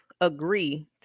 agree